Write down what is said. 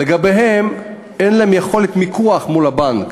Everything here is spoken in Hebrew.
אבל, אין להם יכולת מיקוח מול הבנק.